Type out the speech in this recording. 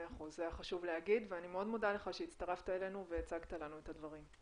זה היה חשוב להגיד ואני מודה לך שהצטרפת והצגת לנו את הדברים.